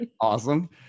awesome